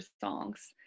songs